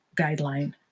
guideline